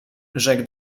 rzekł